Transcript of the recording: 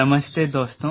नमस्ते दोस्तों